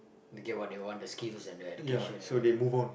they get what they want the skills and the education and everything